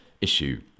issue